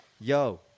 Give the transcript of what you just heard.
Yo